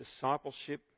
discipleship